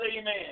amen